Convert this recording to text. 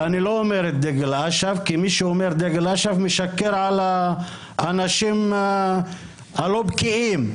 אני לא אומר דגל אש"ף כי מי שאומר דגל אש"ף משקר על האנשים הלא בקיאים.